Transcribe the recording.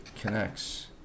connects